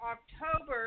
October